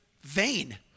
vain